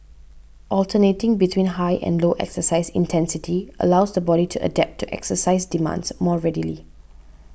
alternating between high and low exercise intensity allows the body to adapt to exercise demands more readily